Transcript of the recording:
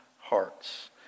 hearts